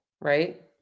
right